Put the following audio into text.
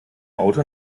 auto